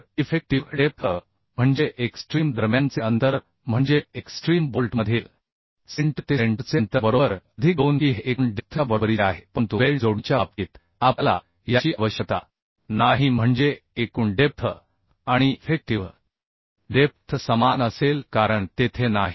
तर effective depth म्हणजे extreme दरम्यानचे अंतर म्हणजे एक्स्ट्रीम बोल्टमधील सेंटर ते सेंटरचे अंतर बरोबर अधिक 2e हे एकूण डेप्थच्या बरोबरीचे आहे परंतु वेल्ड जोडणीच्या बाबतीत आपल्याला याची आवश्यकता नाही म्हणजे एकूण डेप्थ आणि इफेक्टिव्ह डेप्थ समान असेल कारण तेथे नाही